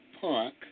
park